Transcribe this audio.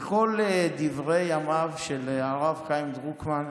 וכל דברי ימיו של הרב חיים דרוקמן,